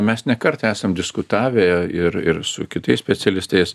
mes ne kartą esam diskutavę ir ir su kitais specialistais